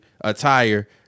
attire